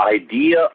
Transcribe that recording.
idea